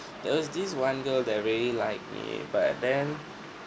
there was this one girl that really liked me but then